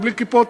ובלי כיפות,